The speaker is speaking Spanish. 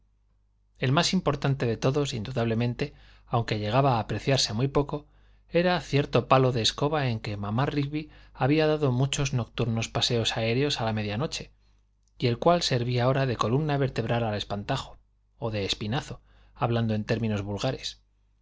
el más importante de todos indudablemente aunque llegaba a apreciarse muy poco era cierto palo de escoba en que mamá rigby había dado muchos nocturnos paseos aéreos a la media noche y el cual servía ahora de columna vertebral al espantajo o de espinazo hablando en términos vulgares